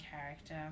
character